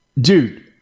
dude